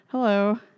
Hello